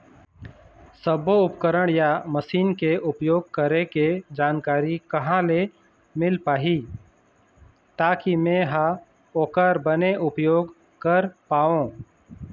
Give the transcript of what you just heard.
सब्बो उपकरण या मशीन के उपयोग करें के जानकारी कहा ले मील पाही ताकि मे हा ओकर बने उपयोग कर पाओ?